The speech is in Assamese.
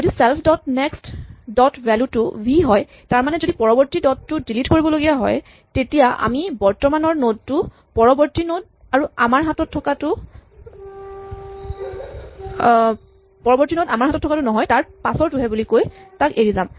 যদি self dot next dot value টো ভি হয় তাৰমানে যদি পৰৱৰ্তী নড টো ডিলিট কৰিবলগা হয় তেতিয়া আমি বৰ্তমানৰ নড টো পৰৱৰ্তী নড আমাৰ হাতত থকাটো নহয় তাৰ পাছৰ টোহে বুলি কৈ তাক এৰি যাম